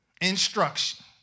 Instruction